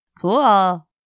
cool